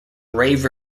rave